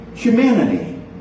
humanity